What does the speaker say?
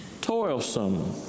toilsome